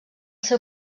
seu